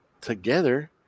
together